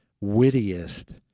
wittiest